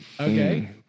Okay